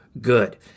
good